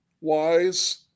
wise